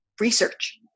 research